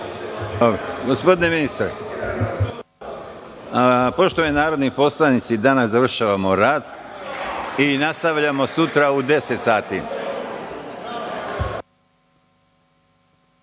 Gospodine ministre, poštovani narodni poslanici, danas završavamo rad i nastavljamo sutra u 10,00